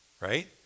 right